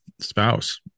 spouse